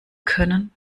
können